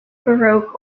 baroque